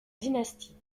dynastie